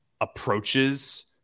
approaches